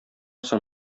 соң